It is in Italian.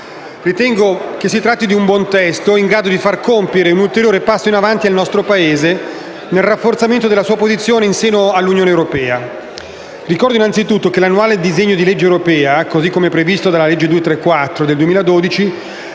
Ritengo che si tratti di un buon testo, in grado di far compiere un ulteriore passo in avanti al nostro Paese nel rafforzamento della sua posizione in seno al consesso dell'Unione europea. Ricordo, innanzitutto, che l'annuale disegno di legge europea, così come previsto dalle legge n. 234 del 2012